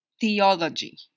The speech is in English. theology